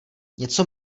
něco